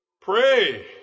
Pray